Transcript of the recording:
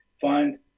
find